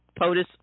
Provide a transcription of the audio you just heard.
POTUS